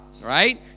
right